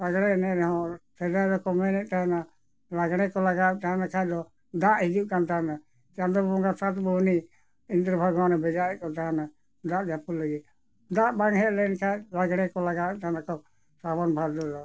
ᱞᱟᱜᱽᱲᱮ ᱮᱱᱮᱡ ᱨᱮᱦᱚᱸ ᱥᱮᱫᱟᱭ ᱫᱚᱠᱚ ᱢᱮᱱᱮᱫ ᱛᱟᱦᱮᱱᱟ ᱞᱟᱜᱽᱲᱮ ᱠᱚ ᱞᱟᱜᱟᱣᱮᱫ ᱛᱟᱦᱮᱱ ᱠᱷᱟᱱ ᱫᱚ ᱫᱟᱜ ᱦᱤᱡᱩᱜ ᱠᱟᱱ ᱛᱟᱦᱮᱱᱟ ᱪᱟᱸᱫᱚ ᱵᱚᱸᱜᱟ ᱥᱟᱛ ᱵᱩᱱᱦᱤ ᱤᱱᱫᱨᱚ ᱵᱷᱚᱜᱚᱵᱟᱱᱮ ᱵᱷᱮᱡᱟᱭᱮᱫ ᱠᱚ ᱛᱟᱦᱮᱱᱟ ᱫᱟᱜ ᱡᱟᱹᱯᱩᱫ ᱞᱟᱹᱜᱤᱫ ᱫᱟᱜ ᱵᱟᱝ ᱦᱮᱡ ᱞᱮᱱ ᱠᱷᱟᱱ ᱞᱟᱜᱽᱲᱮ ᱠᱚ ᱞᱟᱜᱟᱣᱮᱫ ᱛᱟᱦᱮᱱᱟᱠᱚ ᱥᱟᱵᱚᱱ ᱵᱷᱟᱫᱚᱨ ᱫᱚ